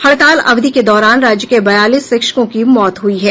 हड़ताल अवधि के दौरान राज्य के बयालीस शिक्षकों की मौत हयी है